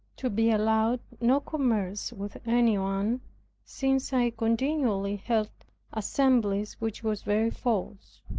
to be allowed no commerce with any one since i continually held assemblies, which was very false.